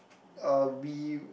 uh we